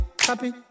happy